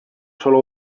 sola